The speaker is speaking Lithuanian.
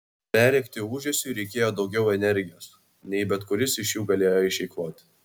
perrėkti ūžesiui reikėjo daugiau energijos nei bet kuris iš jų galėjo išeikvoti